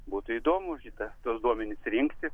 būtų įdomu šitą tuos duomenis rinkti